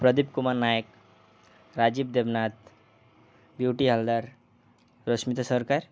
Pradeep Kumar Nayak Rajiv Debnath Beauty Haldar Rashmita ସରକାର